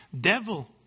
Devil